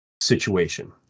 situation